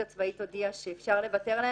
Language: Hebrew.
הצבאית הודיעה שאפשר לוותר עליהם.